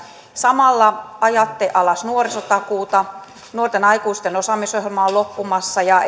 samalla ajatte alas nuorisotakuuta nuorten aikuisten osaamisohjelma on loppumassa ja